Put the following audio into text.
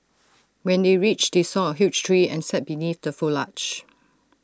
when they reached they saw A huge tree and sat beneath the foliage